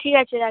ঠিক আছে রাখছি